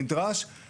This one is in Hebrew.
שוק הכרמל,